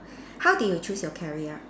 how did you choose your career